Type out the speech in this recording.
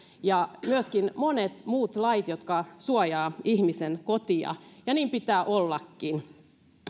ja myöskin monet muut lait jotka suojaavat ihmisen kotia ja niin pitää ollakin